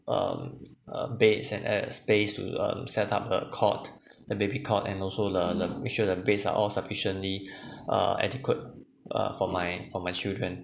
um a base and air space to um set up a cot the baby cot and also the the make sure the base are all sufficiently uh adequate uh for my for my children